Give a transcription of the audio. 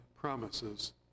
promises